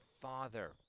Father